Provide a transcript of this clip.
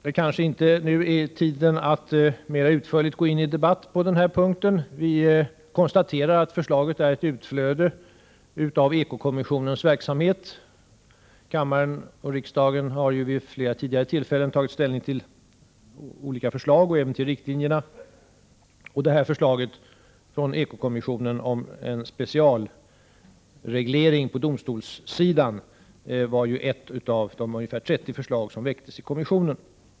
Det kanske inte nu är tid att mera utförligt gå in i debatt i denna fråga, men jag vill framhålla att vi konstaterar att förslaget är ett utflöde av ekokommissionens verksamhet. Riksdagen har vid flera tidigare tillfällen tagit ställning till olika förslag och även riktlinjer. Det här förslaget från ekokommissionen om en specialreglering på domstolssidan var ju ett av de ungefär 30 förslag som väcktes i kommissionen.